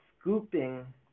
scooping